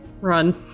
Run